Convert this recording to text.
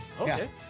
Okay